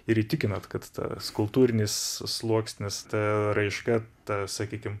ir įtikinat kad tas kultūrinis sluoksnis ta raiška ta sakykim